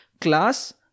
class